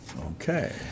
Okay